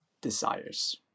desires